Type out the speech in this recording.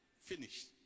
finished